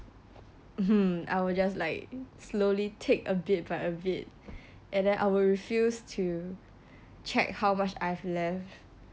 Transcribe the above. mmhmm I will just like slowly take a bit by a bit and then I would refused to check how much I have left